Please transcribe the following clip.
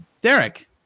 Derek